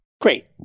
Great